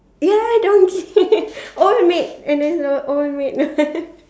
ya donkey old maid remember old maid